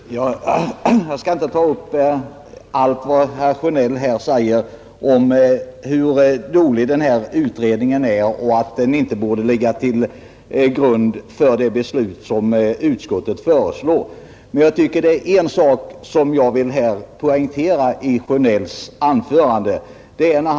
Herr talman! Jag skall inte ta upp allt vad herr Sjönell säger om hur dålig den här utredningen är och om att den inte borde ligga till grund för det beslut som utskottet nu föreslår riksdagen att fatta. Men det är en sak i herr Sjönells anförande som jag vill poängtera.